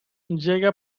llega